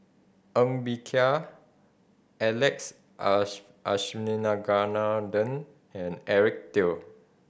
Ng Bee Kia Alex Abisheganaden and Eric Teo